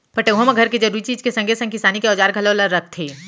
पटउहाँ म घर के जरूरी चीज के संगे संग किसानी के औजार घलौ ल रखथे